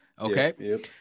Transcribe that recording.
Okay